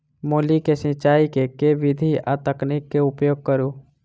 मूली केँ सिचाई केँ के विधि आ तकनीक केँ उपयोग करू?